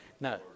No